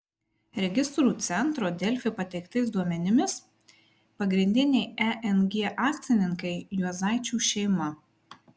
registrų centro delfi pateiktais duomenimis pagrindiniai eng akcininkai juozaičių šeima